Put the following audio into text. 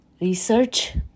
Research